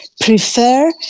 prefer